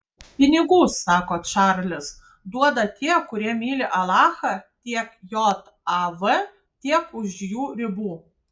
pinigų sako čarlis duoda tie kurie myli alachą tiek jav tiek už jų ribų